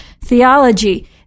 theology